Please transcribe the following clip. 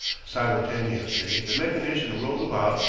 simultaneously the mechanician whirled about,